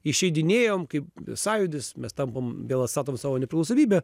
išeidinėjom kaip sąjūdis mes tampam vėl atstatom savo nepriklausomybę